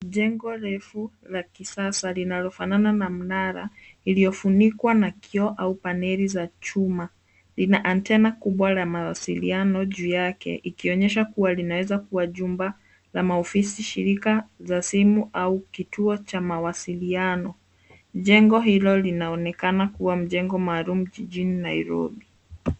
Jengo refu la kisasa linalofanana na mnara, iliyofunikwa na kioo au paneli za chuma. Lina antena kubwa la mawasiliano juu yake, ikionyesha kuwa linaweza kuwa jumba la maofisi, shirika za simu au kituo cha mawasiliano. Jengo hilo linaonekana kuwa mjengo maalum jijini Nairobi.